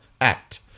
Act